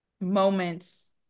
moments